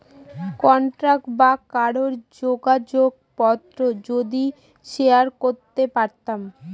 contact বা কারোর যোগাযোগ পত্র যদি শেয়ার করতে পারতাম